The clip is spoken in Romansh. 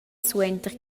suenter